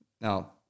Now